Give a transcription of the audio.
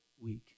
week